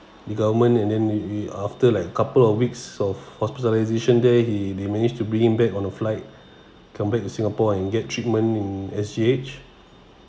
the government and then we we after like couple of weeks of hospitalisation there he they managed to bring him back on a flight come back to singapore and get treatment in S_G_H